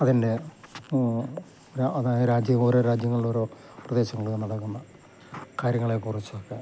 അതിൻ്റെ അതായ രാജ്യം ഓരോ രാജ്യങ്ങൾ ഓരോ പ്രദേശങ്ങൾ നടക്കുന്ന കാര്യങ്ങളെ കുറിച്ചൊക്കെ